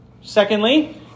Secondly